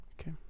Okay